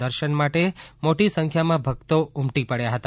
દર્શન માટે માટી સંખ્યામાં ભક્તો ઉમટી પડ્યા હતા